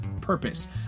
purpose